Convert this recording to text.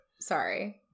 Sorry